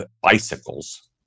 bicycles